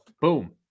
boom